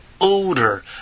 odor